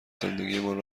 زندگیمان